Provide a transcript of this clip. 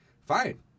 fine